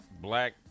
black